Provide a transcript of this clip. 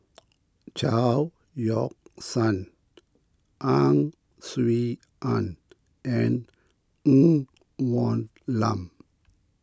Chao Yoke San Ang Swee Aun and Ng Woon Lam